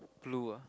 blue ah